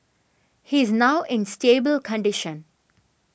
he's now in stable condition